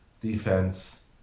defense